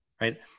right